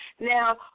Now